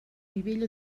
nivell